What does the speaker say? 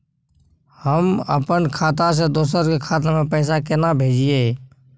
हम अपन खाता से दोसर के खाता में पैसा केना भेजिए?